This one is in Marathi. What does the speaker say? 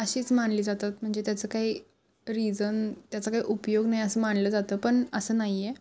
अशीच मानली जातात म्हणजे त्याचं काही रिजन त्याचा काही उपयोग नाही असं मानलं जातं पण असं नाही आहे